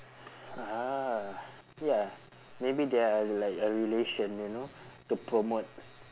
ah ya maybe they are like a relation you know to promote